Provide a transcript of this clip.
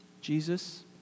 Jesus